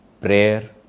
prayer